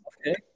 Okay